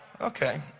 Okay